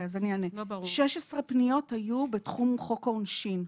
16 פניות היו בתחום חוק העונשין.